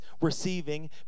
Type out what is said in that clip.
receiving